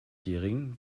jährigen